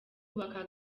kubaka